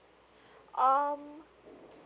um